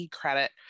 credit